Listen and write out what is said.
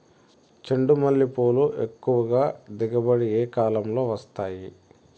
చెండుమల్లి పూలు ఎక్కువగా దిగుబడి ఏ కాలంలో వస్తాయి